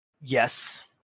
yes